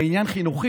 וזה בעניין חינוכי,